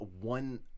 one